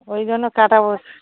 ওই জন্য